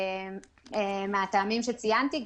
מהטעמים שציינתי.